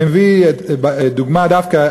אני מביא דוגמה דווקא,